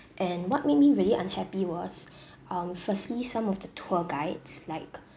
and what made me really unhappy was um firstly some of the tour guides like